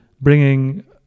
bringing